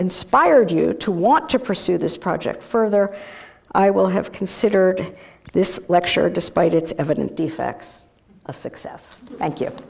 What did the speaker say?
inspired you to want to pursue this project further i will have considered this lecture despite its evident defects of success